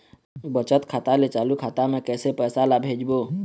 बचत खाता ले चालू खाता मे कैसे पैसा ला भेजबो?